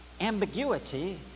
ambiguity